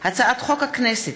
יעל כהן-פארן,